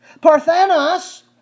Parthenos